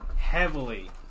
heavily